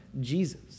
Jesus